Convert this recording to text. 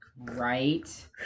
Right